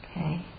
Okay